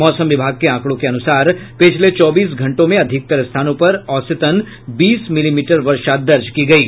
मौसम विभाग के आंकड़ों के अनुसार पिछले चौबीस घंटों में अधिकतर स्थानों पर औसतन बीस मिलीमीटर वर्षा दर्ज की गयी